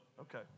Okay